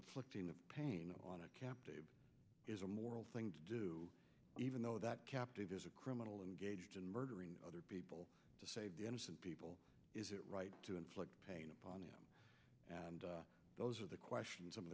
inflicting pain on a captive is a moral thing to do even though that captive is a criminal and gaijin murdering other people to save the innocent people is it right to inflict pain upon it and those are the questions some of